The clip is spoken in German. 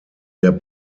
der